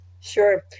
Sure